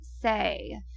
say